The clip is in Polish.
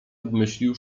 obmyślił